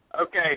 Okay